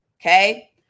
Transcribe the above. Okay